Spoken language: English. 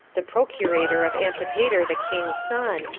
the procurator of antipater the king's son,